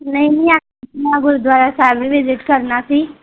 ਨਹੀਂ ਨੀ ਐਕ ਮੈਂ ਗੁਰੂਦੁਆਰਾ ਸਾਹਿਬ ਵੀ ਵਿਜਿਟ ਕਰਨਾ ਸੀ